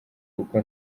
kuko